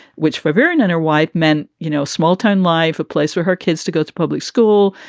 which for very none are white men. you know, small-town life, a place for her kids to go to public school,